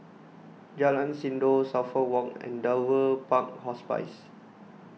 Jalan Sindor Suffolk Walk and Dover Park Hospice